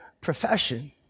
profession